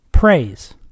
Praise